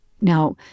Now